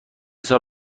سال